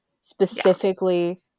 specifically